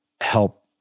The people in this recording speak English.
help